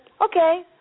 okay